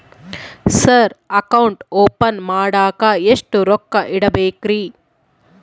Sir account open ಮಾಡಾಕ ಎಷ್ಟು ರೊಕ್ಕ ಇಡಬೇಕ್ರಿ?